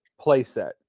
playset